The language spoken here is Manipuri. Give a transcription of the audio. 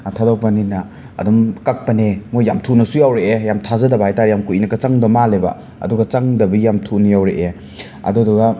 ꯊꯥꯗꯣꯛꯄꯅꯤꯅ ꯑꯗꯨꯝ ꯀꯛꯄꯅꯦ ꯃꯣꯏ ꯌꯥꯝ ꯊꯨꯅꯁꯨ ꯌꯧꯔꯛꯑꯦ ꯌꯥꯝ ꯊꯥꯖꯗꯕ ꯍꯥꯏꯇꯔꯦ ꯌꯥꯝ ꯀꯨꯏꯅꯀꯥ ꯆꯪꯗꯧ ꯃꯥꯜꯂꯦꯕ ꯑꯗꯨꯒ ꯆꯪꯗꯕꯤ ꯌꯥꯝ ꯊꯨꯅ ꯌꯧꯔꯛꯑꯦ ꯑꯗꯨꯗꯨꯒ